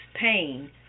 pain